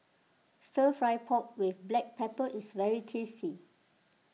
Stir Fry Pork with Black Pepper is very tasty